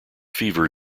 fever